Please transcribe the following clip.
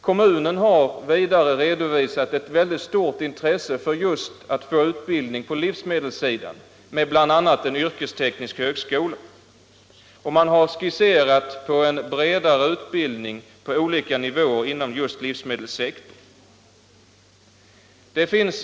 Kommunen har vidare redovisat ett mycket stort intresse för att få utbildning på livsmedelssidan med bl.a. en yrkesteknisk högskola. Man har skisserat en bredare utbildning på olika nivåer inom just livsmedelssektorn.